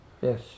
yes